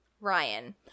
Ryan